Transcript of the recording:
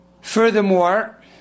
Furthermore